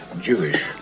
Jewish